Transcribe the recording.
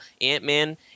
Ant-Man